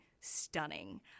stunning